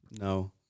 no